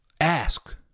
Ask